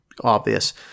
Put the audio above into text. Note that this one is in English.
obvious